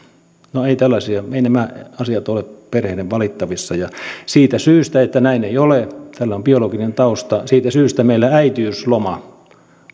no eivät nämä asiat ole perheiden valittavissa ja siitä syystä että näin ei ole tällä on biologinen tausta meillä äitiysloma